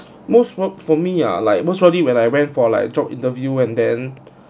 most work for me ah like most probably when I ran for like job interview and then